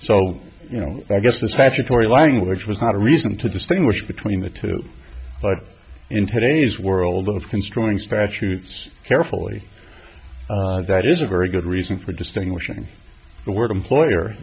so you know i guess the statutory language was not a reason to distinguish between the two but in today's world of construing statutes carefully that is a very good reason for distinguishing the word employer